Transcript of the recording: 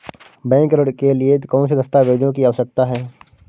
Bank ऋण के लिए कौन से दस्तावेजों की आवश्यकता है?